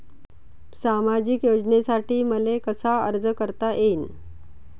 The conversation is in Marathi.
सामाजिक योजनेसाठी मले कसा अर्ज करता येईन?